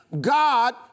God